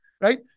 right